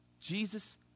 Jesus